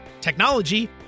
technology